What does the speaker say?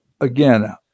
again